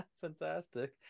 fantastic